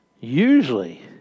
Usually